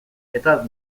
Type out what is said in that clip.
eta